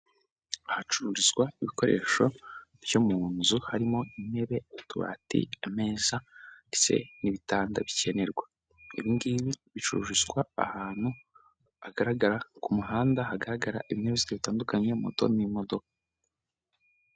Ahacururizwa ibikoresho byo mu nzu harimo intebe, utubati, ameza ndetse n'ibitanda bikenerwa. Ibi ngibi bicururizwa ahantu hagaragara, ku muhanda hagaragara ibinyabiziga bitandukanye, moto n'imodoka.